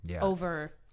over